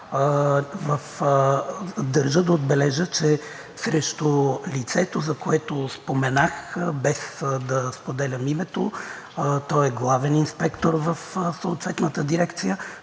държа да отбележа, че срещу лицето, за което споменах, без да споделям името – той е главен инспектор в съответната дирекция,